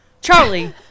Charlie